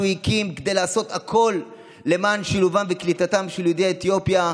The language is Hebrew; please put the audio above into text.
הקים כדי לעשות הכול למען שילובם וקליטתם של יהודי אתיופיה,